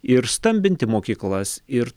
ir stambinti mokyklas ir